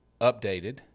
updated